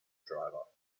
driver